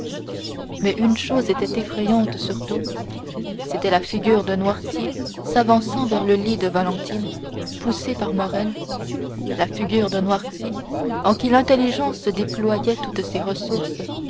mais une chose était effrayante surtout c'était la figure de noirtier s'avançant vers le lit de valentine poussé par morrel la figure de noirtier en qui l'intelligence déployait toutes ses ressources